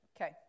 okay